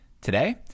Today